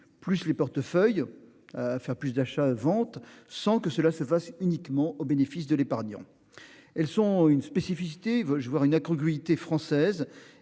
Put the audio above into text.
plus les portefeuilles. À faire plus d'achat ventes sans que cela se fasse uniquement au bénéfice de l'épargnant. Elles sont une spécificité veulent voir une âcre cuité française